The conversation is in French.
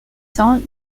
cents